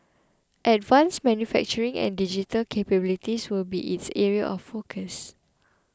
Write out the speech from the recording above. advanced manufacturing and digital capabilities will be its areas of focus